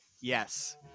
Yes